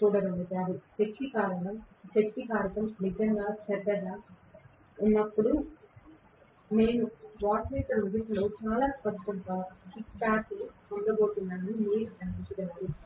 చూడగలుగుతారు శక్తి కారకం నిజంగా చెడ్డగా ఉన్నప్పుడు నేను వాట్మీటర్ 1 లో చాలా స్పష్టంగా కిక్బ్యాక్ పొందబోతున్నానని మీరు గ్రహించబోతున్నారు